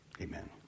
amen